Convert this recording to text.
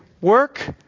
work